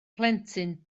plentyn